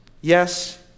Yes